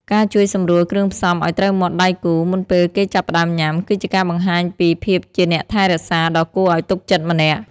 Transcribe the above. ការជួយសម្រួលគ្រឿងផ្សំឱ្យត្រូវមាត់ដៃគូ មុនពេលគេចាប់ផ្តើមញ៉ាំ គឺជាការបង្ហាញពីភាពជាអ្នកថែរក្សាដ៏គួរឱ្យទុកចិត្តម្នាក់។